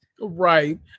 Right